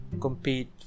compete